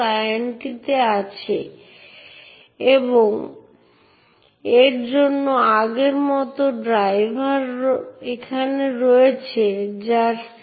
login শুধুমাত্র তখনই অনুমোদিত হয় যখন এই এন্ট্রির সাথে সংরক্ষিত ফাইলের সাথে সংশ্লিষ্ট হ্যাশড পাসওয়ার্ডের সাথে একটি মিল থাকে যেখানে ব্যবহারকারী প্রবেশ করে